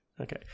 Okay